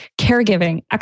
caregiving